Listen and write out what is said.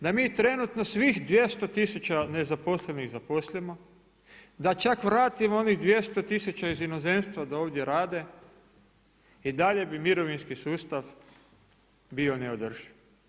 Da mi trenutno svih 200000 nezaposlenih zaposlimo, da čak vratimo onih 200000 iz inozemstva da ovdje rade, i dalje bi mirovinski sustav bio neodrživ.